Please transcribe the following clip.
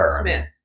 Smith